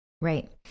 Right